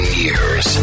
years